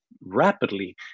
rapidly